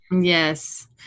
Yes